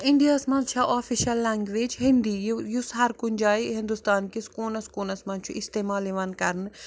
اِنڈیاہَس منٛز چھےٚ آفِشَل لنٛگویج ہِندی یُس ہر کُنہِ جایہِ ہُندوستاکِس کوٗنَس کوٗنَس منٛز چھُ استعمال یِوان کَرنہٕ